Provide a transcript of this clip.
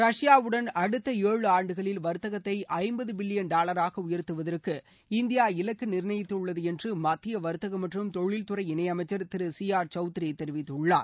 ரஷ்பாவுடன் அடுத்த ஏழு ஆண்டுகளில் வர்த்தகத்தை ஐம்பது பில்லியன் டாலராக உயர்த்துவதற்கு இந்தியா இலக்கு நிர்ணயித்துள்ளது என்று மத்திய வர்த்தகம் மற்றும் தொழில்துறை இணையமைச்சர் திரு சி ஆர் சவுத்ரி தெரிவித்துள்ளார்